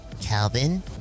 Calvin